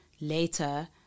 later